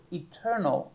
eternal